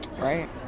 right